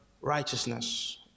righteousness